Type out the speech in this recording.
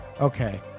Okay